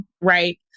right